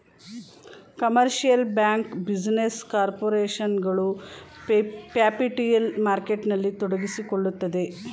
commercial bank, business corporation ಗಳು capital ಮಾರ್ಕೆಟ್ನಲ್ಲಿ ತೊಡಗಿಸಿಕೊಳ್ಳುತ್ತದೆ